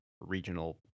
regional